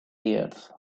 tears